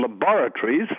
laboratories